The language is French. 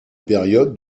période